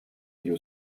you